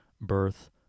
birth